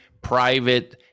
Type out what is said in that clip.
private